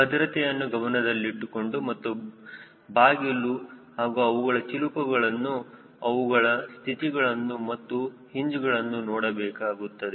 ಭದ್ರತೆಯನ್ನು ಗಮನದಲ್ಲಿಟ್ಟುಕೊಂಡು ಮತ್ತು ಬಾಗಿಲು ಹಾಗೂ ಅವುಗಳ ಚಿಲುಕಗಳನ್ನು ಅವುಗಳ ಸ್ಥಿತಿಗಳನ್ನು ಮತ್ತು ಹಿಂಜ್ ಗಳನ್ನು ನೋಡಿಕೊಳ್ಳಬೇಕು